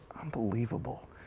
Unbelievable